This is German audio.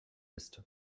ist